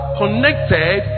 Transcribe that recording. connected